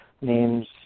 names